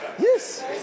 yes